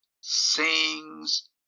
sings